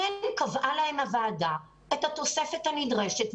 הוועדה קבעה להם את התוספת הנדרשת,